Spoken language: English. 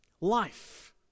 life